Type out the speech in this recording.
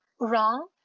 wrong